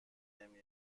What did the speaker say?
نمی